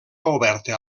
oberta